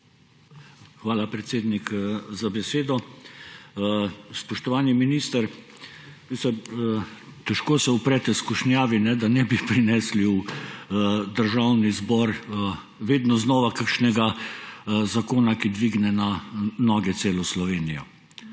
Hvala, predsednik, za besedo. Spoštovani minister, težko se uprete skušnjavi, da ne bi prinesli v Državni zbor vedno znova kakšnega zakona, ki dvigne na noge celo Slovenijo.